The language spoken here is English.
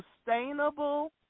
sustainable